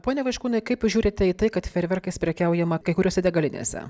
pone vaiškūnui kaip žiūrite į tai kad fejerverkais prekiaujama kai kuriose degalinėse